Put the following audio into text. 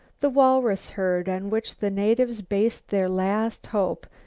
the walrus herd, on which the natives based their last hope,